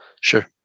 Sure